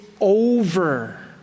over